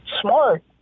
smart